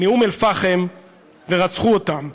מאום אלפחם ורצחו אותם.